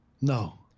no